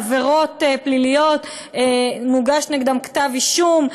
בעבירות פליליות מוגש נגדם כתב-אישום,